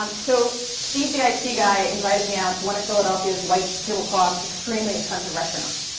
um so steve the i t. guy invited me out to one of philadelphia's white-table-cloth, extremely expensive restaurants.